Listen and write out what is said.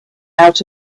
out